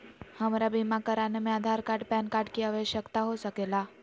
हमरा बीमा कराने में आधार कार्ड पैन कार्ड की आवश्यकता हो सके ला?